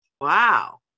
wow